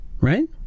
right